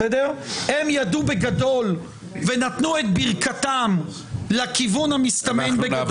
הם ידעו בגדול ונתנו את ברכתם לכיוון המסתמן בגדול.